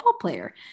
player